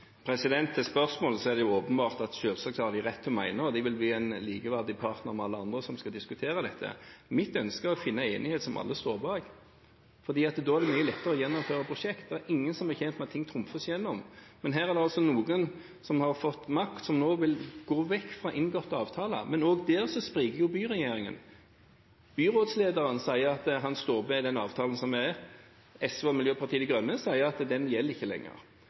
åpenbart at de selvsagt har rett til å mene noe, og de vil bli en likeverdig partner med alle andre som skal diskutere dette. Mitt ønske er å finne en enighet som alle står bak, for da er det mye lettere å gjennomføre prosjekter. Det er ingen som er tjent med at ting trumfes gjennom, men her er det altså noen som har fått makt, og som nå vil gå vekk fra inngåtte avtaler. Men også der spriker byregjeringen. Byrådslederen sier at han står ved den avtalen som er. SV og Miljøpartiet De Grønne sier at den ikke gjelder lenger.